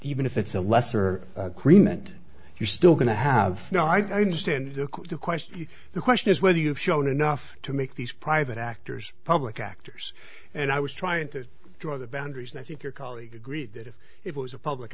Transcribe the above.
even if it's a lesser agreement you're still going to have you know i just end the question the question is whether you have shown enough to make these private actors public actors and i was trying to draw the boundaries and i think your colleague agreed that if it was a public